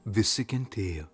visi kentėjo